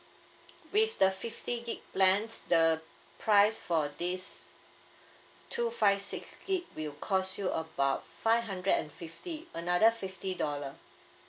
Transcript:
with the fifty gig plans the price for this two five six gig will cost you about five hundred and fifty another fifty dollar